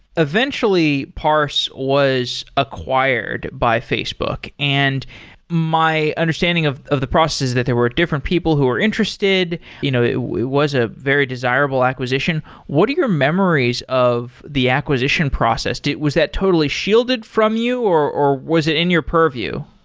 eventually, parse was acquired by facebook. and my understanding of of the process is that there were different people who are interested, you know it was a very desirable acquisition. what are your memories of the acquisition process? was that totally shielded from you, or or was it in your purview?